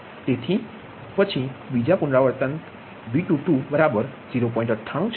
તેથી પછી બીજા પુનરાવર્તન પછી તમારું V22 બરાબર 0